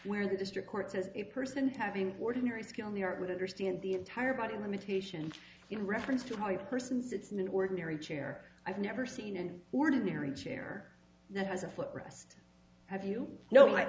where the district court as a person having ordinary skill in the art would understand the entire body limitation in reference to my persons it's an ordinary chair i've never seen and ordinary chair that has a foot rest have you know